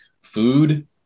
food